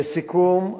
לסיכום,